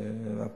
של הפתיחה,